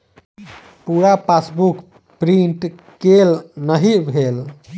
पूरा passbook print केल नहि भेल